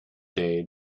day